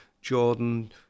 Jordan